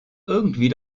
irgendwie